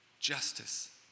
Justice